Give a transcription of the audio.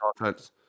offense